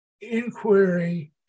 inquiry